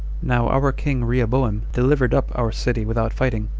now our king rehoboam delivered up our city without fighting.